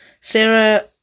Sarah